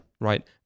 right